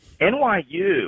NYU